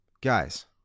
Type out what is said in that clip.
Guys